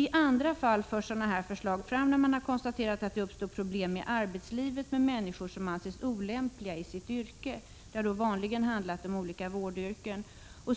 I andra fall förs sådana förslag fram när man har konstaterat att det uppstår problem i arbetslivet med människor som anses olämpliga i sitt yrke. Det har då vanligen handlat om olika vårdyrken.